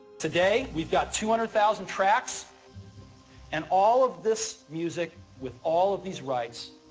today, we've got two hundred thousand tracks and all of this music with all of these rights,